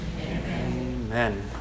Amen